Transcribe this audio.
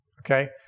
okay